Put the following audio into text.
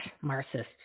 Marxists